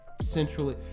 centrally